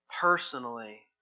personally